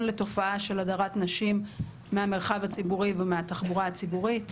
לתופעה של הדרת נשים מהמרחב הציבורי ומהתחבורה הציבורית.